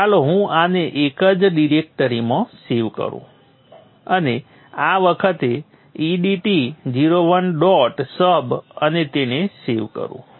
તો ચાલો હું આને એ જ ડિરેક્ટરીમાં સેવ કરું અને આ વખતે e d t 0 1 dot sub અને તેને સેવ કરું